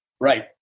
Right